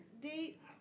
date